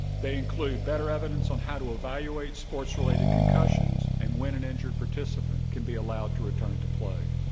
they include better evidence on how to evaluate sports-related concussions and when an injury participatan can be allowed to return to play.